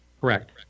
correct